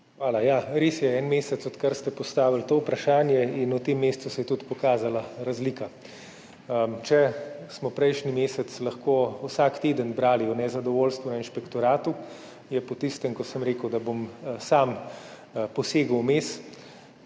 Hvala. Ja, res je en mesec, odkar ste postavili to vprašanje, in v tem mesecu se je tudi pokazala razlika. Če smo prejšnji mesec lahko vsak teden brali o nezadovoljstvu na inšpektoratu, so se po tistem, ko sem rekel, da bom sam posegel vmes,